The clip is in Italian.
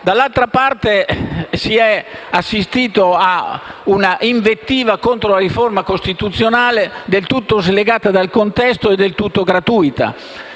radicale. Si è assistito a una invettiva contro la riforma costituzionale del tutto slegata dal contesto e del tutto gratuita,